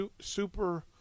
Super